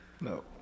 No